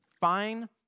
fine